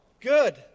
Good